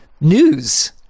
news